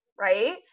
right